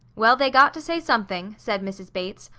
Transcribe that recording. well, they got to say something, said mrs. bates.